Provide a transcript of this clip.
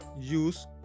use